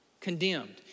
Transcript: condemned